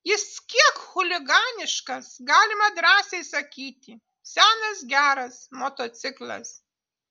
jis kiek chuliganiškas galima drąsiai sakyti senas geras motociklas